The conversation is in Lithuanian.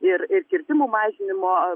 ir ir kirtimų mažinimo